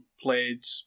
played